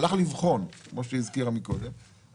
הלך לבחון את זה,